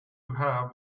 have